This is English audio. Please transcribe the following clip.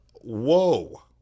whoa